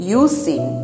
using